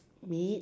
meat